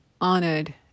honored